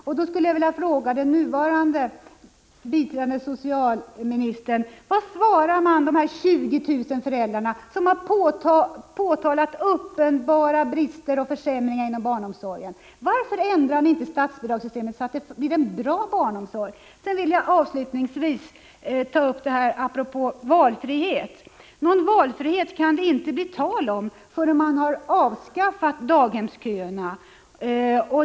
Jag skulle vilja fråga den nuvarande biträdande socialministern: Vad svarar man de 20 000 föräldrar som har påtalat uppenbara brister och försämringar inom barnomsorgen? Varför ändrar ni inte statsbidragssystemet så att det blir en bra barnomsorg? Avslutningsvis vill jag ta upp begreppet valfrihet. Någon valfrihet kan det inte bli tal om förrän man har avskaffat daghemsköerna.